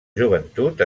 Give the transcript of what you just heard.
joventut